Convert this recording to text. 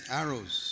arrows